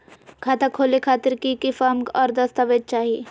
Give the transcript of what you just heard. खाता खोले खातिर की की फॉर्म और दस्तावेज चाही?